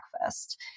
breakfast